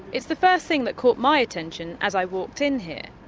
it's the first thing that caught my attention as i walked in here.